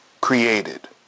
created